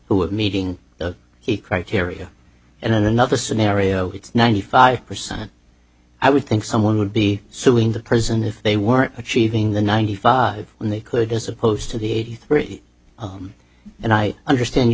who meeting he criteria and then another scenario it's ninety five percent i would think someone would be suing the prison if they weren't achieving the ninety five when they could as opposed to the eighty three and i understand you